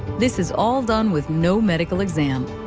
this is all done with no medical exam.